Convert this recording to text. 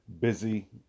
busy